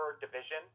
division